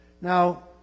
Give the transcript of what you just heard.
Now